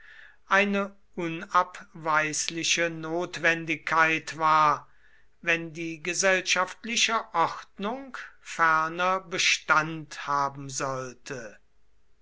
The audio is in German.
eine unabweisliche notwendigkeit war wenn die gesellschaftliche ordnung ferner bestand haben sollte